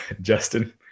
Justin